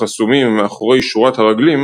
החסומים מאחורי שורת הרגלים,